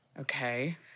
Okay